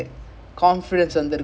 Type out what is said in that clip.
நாம்:naam